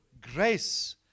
grace